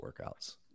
workouts